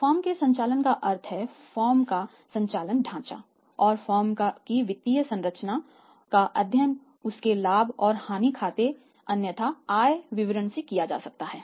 firm के संचालन का अर्थ है फर्म का संचालन ढाँचा और फर्म की वित्तीय संरचना का अध्ययन उसके लाभ और हानि खाते अन्यथा आय विवरण से किया जा सकता है